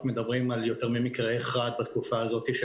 אנחנו מדברים על יותר ממקרה אחד בתקופה הזאת של